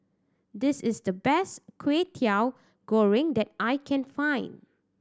this is the best Kwetiau Goreng that I can find